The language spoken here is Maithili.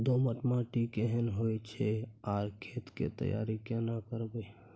दोमट माटी केहन होय छै आर खेत के तैयारी केना करबै?